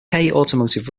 automotive